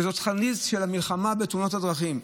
שזו החזית של המלחמה בתאונות הדרכים.